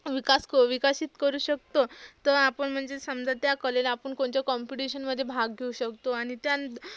विकास क विकसित करू शकतो तर आपण म्हणजे समजा त्या कलेला आपण कोणच्या कॉम्पिटिशनमध्ये भाग घेऊ शकतो आणि त्यां